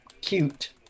cute